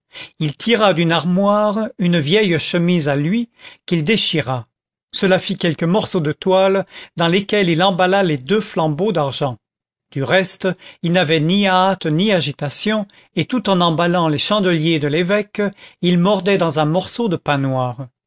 il tira d'une armoire une vieille chemise à lui qu'il déchira cela fit quelques morceaux de toile dans lesquels il emballa les deux flambeaux d'argent du reste il n'avait ni hâte ni agitation et tout en emballant les chandeliers de l'évêque il mordait dans un morceau de pain noir